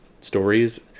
stories